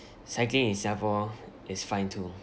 cycling itself lor it's fine too